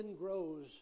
grows